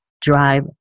drive